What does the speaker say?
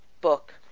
book